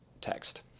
text